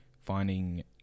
Finding